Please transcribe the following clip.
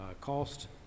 Cost